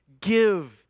give